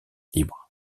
libre